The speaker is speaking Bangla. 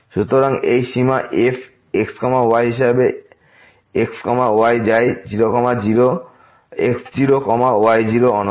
সুতরাং যদি এই সীমা f x yহিসাবে x y যায় x0 y0 অনন্ত